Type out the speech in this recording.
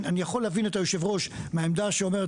אני יכול להבין את יושב הראש מהעמדה שאומרת